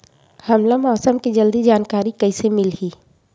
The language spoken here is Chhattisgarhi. हमला मौसम के जल्दी जानकारी कइसे मिलही?